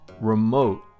remote